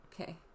Okay